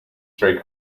three